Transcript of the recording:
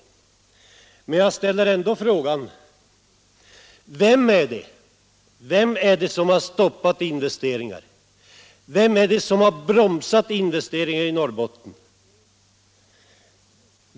Jag ställer ändå frågorna: Vem är det som har bromsat eller stoppat investeringar i Norrbotten?